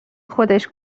خودش